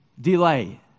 delay